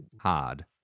hard